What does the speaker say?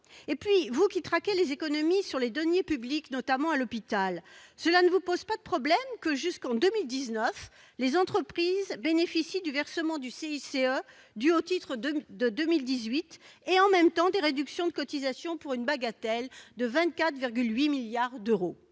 Et puis, vous qui traquez les économies sur les deniers publics, notamment à l'hôpital, cela ne vous pose-t-il pas de problème que, jusqu'en 2019, les entreprises bénéficient du versement du CICE dû au titre de 2018 et, en même temps, de réductions de cotisations pour la bagatelle de 24,8 milliards d'euros